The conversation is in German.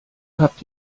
habt